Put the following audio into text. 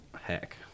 heck